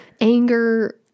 Anger